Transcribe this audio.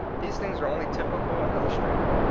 these things are only typical and illus trative.